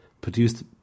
produced